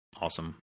awesome